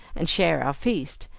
and share our feast,